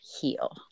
heal